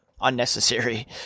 Unnecessary